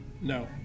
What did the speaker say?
No